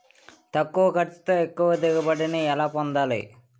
తక్కువ ఖర్చుతో ఎక్కువ దిగుబడి ని ఎలా పొందాలీ?